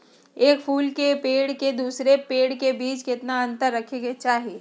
एक फुल के पेड़ के दूसरे पेड़ के बीज केतना अंतर रखके चाहि?